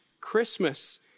Christmas